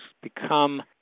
become